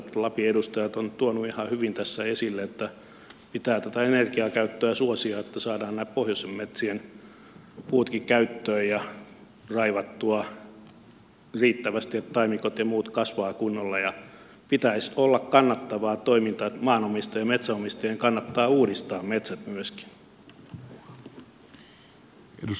lapin edustajat ovat tuoneet ihan hyvin tässä esille sen että pitää tätä energiakäyttöä suosia että saadaan pohjoisenkin metsien puut käyttöön ja raivattua riittävästi että taimikot ja muut kasvavat kunnolla ja pitäisi olla kannattavaa toimintaa että maanomistajien ja metsänomistajien kannattaa uudistaa metsät myöskin